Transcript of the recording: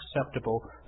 acceptable